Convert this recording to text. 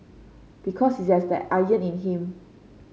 because he has that iron in him